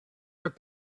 took